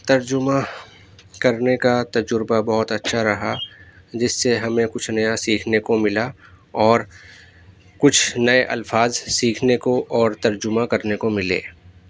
ترجمہ کرنے کا تجربہ بہت اچھا رہا جس سے ہمیں کچھ نیا سیکھنے کو ملا اور کچھ نئے الفاظ سیکھنے کو اور ترجمہ کرنے کو ملے